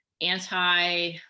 anti